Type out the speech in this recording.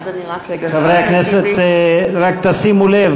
חברי הכנסת, רק תשימו לב.